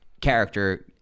character